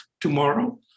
tomorrow